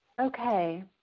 okay